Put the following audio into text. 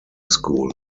school